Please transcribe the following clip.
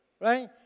Right